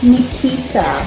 Nikita